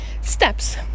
steps